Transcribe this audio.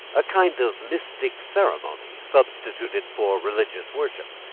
a kind of mystic ceremony substituted for religious worship,